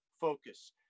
focus